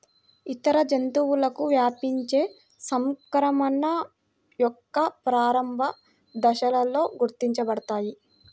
ఇతర జంతువులకు వ్యాపించే సంక్రమణ యొక్క ప్రారంభ దశలలో గుర్తించబడతాయి